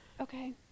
Okay